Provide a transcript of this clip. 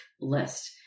list